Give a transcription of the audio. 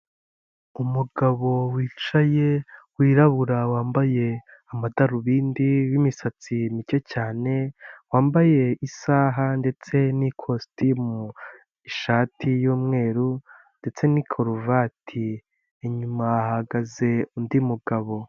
Umugabo wicaye wirabura wambaye amadarubindi n'imisatsi mike cyane, wambaye isaha ndetse n'ikositimu, ishati y'umweru ndetse n' ikaruvati, inyuma hahagaze undi mugabo.